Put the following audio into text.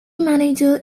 manager